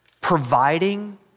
providing